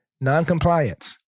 Noncompliance